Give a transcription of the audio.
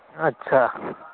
ᱟᱪᱷᱟ